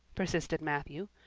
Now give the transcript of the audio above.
persisted matthew.